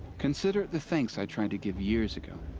consider it the thanks i tried to give years ago.